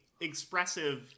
expressive